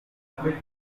table